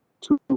two